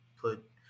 put